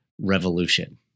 revolution